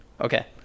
Okay